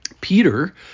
Peter